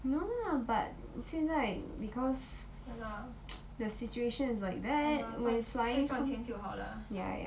no lah but 现在 because the situation is like that when flying ya ya